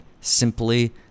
simply